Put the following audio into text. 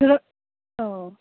हो औ